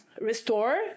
restore